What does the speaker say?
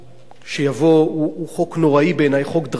שיבוא הוא חוק נוראי בעיני, חוק דרקוני.